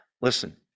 Listen